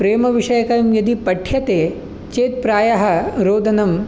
प्रेमविषयकं यदि पठ्यते चेत् प्रायः रोदनं